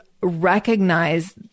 recognize